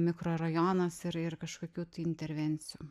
mikrorajonas ir ir kažkokių intervencijų